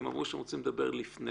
והם אמרו שהם רוצים לדבר לפני.